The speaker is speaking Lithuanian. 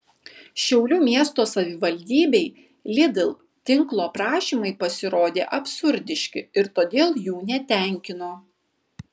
šiaulių miesto savivaldybei lidl tinklo prašymai pasirodė absurdiški ir todėl jų netenkino